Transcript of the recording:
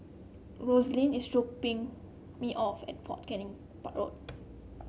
Roslyn is dropping me off at Fort Canning Road